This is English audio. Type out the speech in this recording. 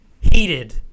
heated